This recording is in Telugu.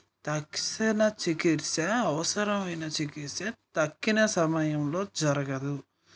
తక్షణ చికిత్స అవసరమైన చికిత్స తక్కిన సమయంలో జరగదు